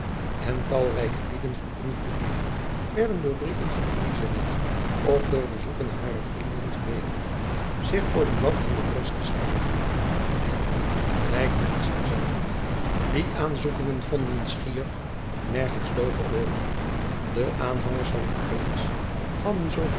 en talrijke lieden van invloed meer werden door brieven van elizabeth of door bezoeken harer vrienden gebeden zich voor buat in de bres te stellen en gelijk men zien zal die aanzoeken vonden schier nergens doove ooren de aanhangers van den prins hadden zoo